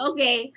Okay